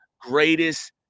greatest